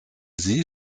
sie